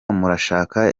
murashaka